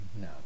no